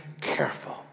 careful